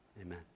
Amen